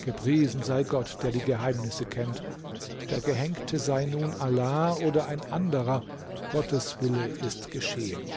gepriesen sei gott der die geheimnisse kennt der gehängte sei nun ala oder ein anderer gottes wille ist geschehen